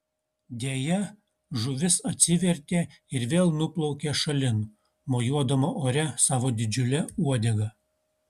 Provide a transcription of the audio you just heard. deja žuvis atsivertė ir vėl nuplaukė šalin mojuodama ore savo didžiule uodega